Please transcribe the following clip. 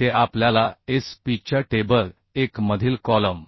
ते आपल्याला SP च्या टेबल 1 मधील कॉलम